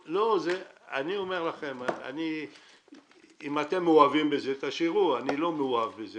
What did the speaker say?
אם אתם מאוהבים בזה, תשאירו, אני לא מאוהב בזה.